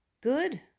good